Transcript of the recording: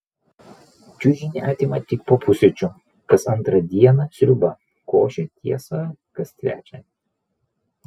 čiužinį atima tik po pusryčių kas antrą dieną sriuba košė tiesa kas trečią